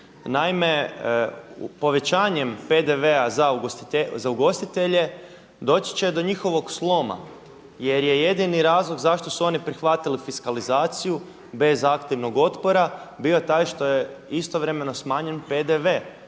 Naime, povećanjem PDV-a za ugostitelje doći će do njihovog sloma jer je jedini razlog zašto su oni prihvatili fiskalizaciju bez aktivnog otpora, bio je taj što je istovremeno smanjen PDV,